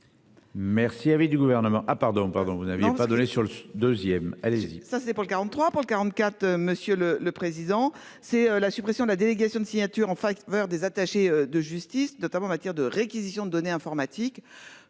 Merci avait du gouvernement. Ah pardon, pardon, vous n'aviez pas donné sur le deuxième, allez-y. Ça c'est pour le 43 pour 44. Monsieur le le président c'est la suppression de la délégation de signatures en faveur des attachés de justice, notamment en matière de réquisition de données informatiques.